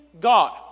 God